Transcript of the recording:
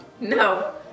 No